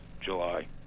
July